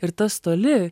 ir tas toli